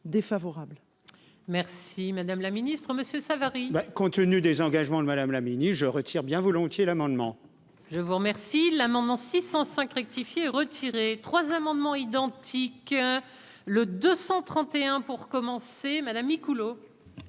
Merci, Madame la Ministre Monsieur Savary. Compte tenu des engagements le madame la mini-je retire bien volontiers l'amendement. Je vous remercie l'amendement 605 rectifier retirer 3 amendements identiques, le 231 pour commencer Madame Micouleau.